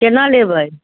केना लेबै